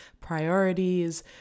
priorities